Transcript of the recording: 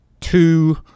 two